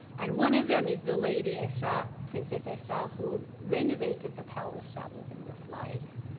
and one of them is the lady estra, princess estra who renovated the palace that was in the slides.